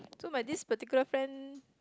so my this particular friend